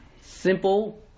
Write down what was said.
simple